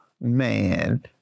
man